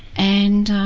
and